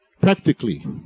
Practically